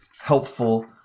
helpful